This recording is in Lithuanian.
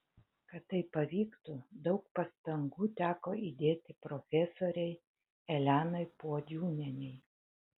kad tai pavyktų daug pastangų teko įdėti profesorei elenai puodžiūnienei